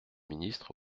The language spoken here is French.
ministre